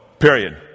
Period